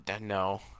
no